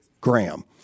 Graham